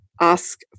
ask